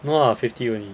no lah fifty only